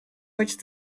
which